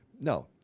No